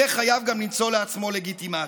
הוא יהיה חייב גם למצוא לעצמו לגיטימציה.